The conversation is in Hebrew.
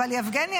אבל יבגני,